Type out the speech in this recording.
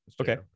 Okay